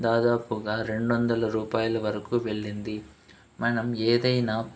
దాదాపుగా రెండు వందల రూపాయల వరకు వెళ్ళింది మనం ఏదైనా